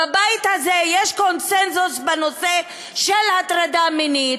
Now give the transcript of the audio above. בבית הזה יש קונסנזוס בנושא של הטרדה מינית,